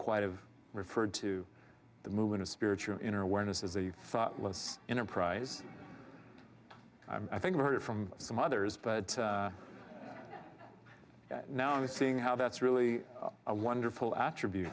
quite have referred to the movement of spiritual inner awareness as a you thoughtless enterprise i think i heard it from some others but now i'm seeing how that's really a wonderful attribute